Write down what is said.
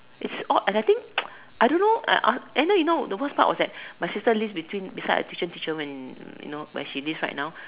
it's odd and I think I don't know and then you know the worst part was that my sister lives between beside her tuition teacher where she lives right now